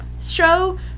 show